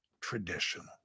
traditional